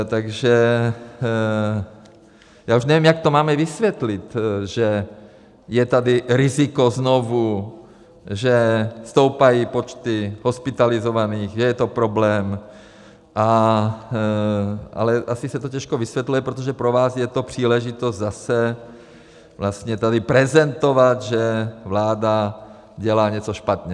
Takže já už nevím, jak to máme vysvětlit, že je tady riziko znovu, že stoupají počty hospitalizovaných, že je to problém, ale asi se to těžko vysvětluje, protože pro vás je to příležitost zase vlastně tady prezentovat, že vláda dělá něco špatně.